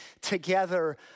together